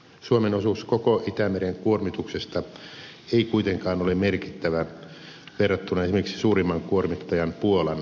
suomen osuus koko itämeren kuormituksesta ei kuitenkaan ole merkittävä verrattuna esimerkiksi suurimman kuormittajan puolan ravinnepäästöihin